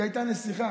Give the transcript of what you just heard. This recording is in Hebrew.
היא הייתה נסיכה,